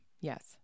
Yes